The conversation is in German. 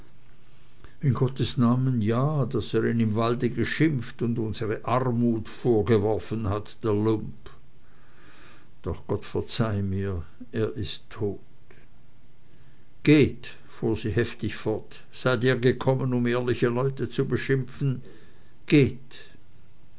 in gottes namen ja daß er ihn im walde geschimpft und unsere armut vorgeworfen hat der lump doch gott verzeih mir er ist tot geht fuhr sie heftig fort seid ihr gekommen um ehrliche leute zu beschimpfen geht